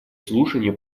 слушания